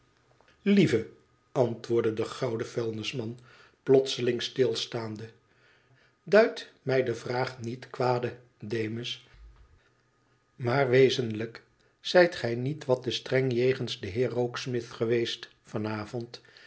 lieve antwoordde de gouden vuilnisman plotseling stilstaande duid mij de vraag nietten kwade demus maar wezenlijk zijt gij niet wat te streng jegens den heer rokesmith geweest